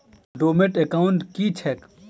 Dormant account की छैक?